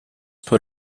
put